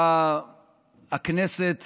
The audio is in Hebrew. שבה הכנסת